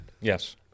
yes